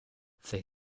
they